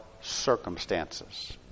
circumstances